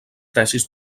tesis